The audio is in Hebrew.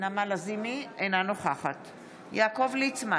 אינה נוכחת יעקב ליצמן,